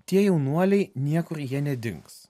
tie jaunuoliai niekur nedings